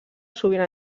sovint